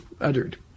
uttered